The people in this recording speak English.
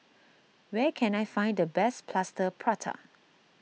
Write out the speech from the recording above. where can I find the best Plaster Prata